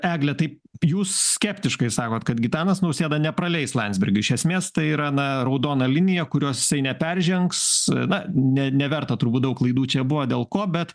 egle tai jūs skeptiškai sakot kad gitanas nausėda nepraleis landsbergio iš esmės tai yra na raudona linija kurios jisai neperžengs na ne neverta turbūt daug laidų čia buvo dėl ko bet